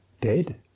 dead